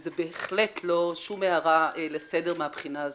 וזאת באמת לא שום הערה לסדר מהבחינה הזאת,